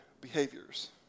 behaviors